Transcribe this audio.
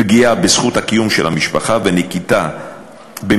פגיעה בזכות הקיום של המשפחה ונקיטה של